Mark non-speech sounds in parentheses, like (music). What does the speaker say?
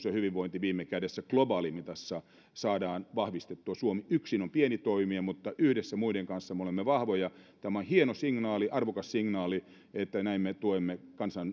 (unintelligible) ja hyvinvointi viime kädessä globaalimitassa saadaan vahvistettua suomi yksin on pieni toimija mutta yhdessä muiden kanssa me olemme vahvoja tämä on hieno signaali arvokas signaali että näin me tuemme